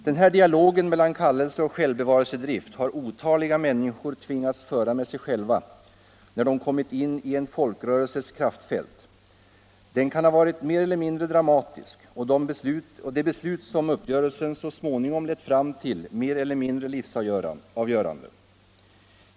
Denna dialog mellan kallelse och självbevarelsedrift har otaliga människor tvingats göra med sig själva, när de har kommit in i en folkrörelses kraftfält. Den kan ha varit mer eller mindre dramatisk, och det beslut som uppgörelsen så småningom har lett fram till kan ha varit mer eller mindre livsavgörande.